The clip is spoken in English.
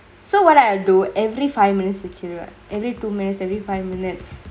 so what I do every five minutes you cheered every two minutes every five minutes